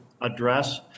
address